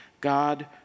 God